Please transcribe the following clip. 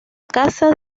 casa